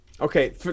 Okay